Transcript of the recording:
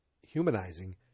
humanizing